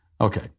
Okay